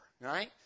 right